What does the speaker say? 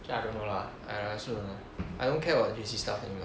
actually I don't know lah I I also don't know I don't care about the J_C stuff anymore